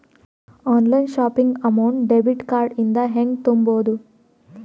Online shopping amount debit card ಇಂದ ಹೆಂಗ್ ತುಂಬೊದು?